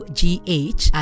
gh